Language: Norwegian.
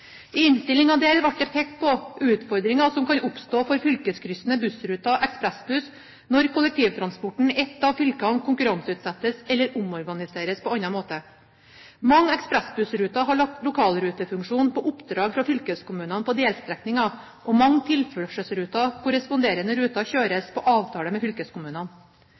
I den innstillingen ble det pekt på den utfordringen som kan oppstå for fylkeskryssende bussruter/ekspressbuss når kollektivtransporten i et av fylkene konkurranseutsettes eller omorganiseres på annen måte. Mange ekspressbussruter har lokalrutefunksjon på oppdrag fra fylkeskommunen på delstrekninger, og mange tilførselsruter/korresponderende ruter kjøres på avtale med fylkeskommunene.